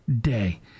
day